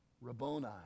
Rabboni